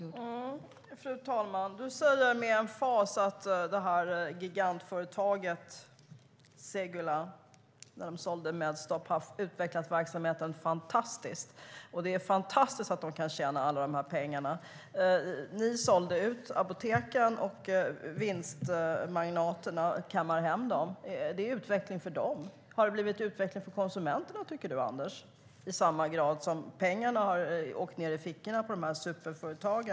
Fru talman! Anders W Jonsson säger med emfas att det gigantiska företaget Segulah hade utvecklat verksamheten fantastiskt när de sålde Medstop och att det är fantastiskt att de kan tjäna alla dessa pengar. Ni sålde ut apoteken, och vinstmagnaterna kammar hem pengarna. Det är utveckling för dem, men har det blivit utveckling för konsumenterna i samma grad som pengarna har åkt ned i fickorna på dessa superföretag?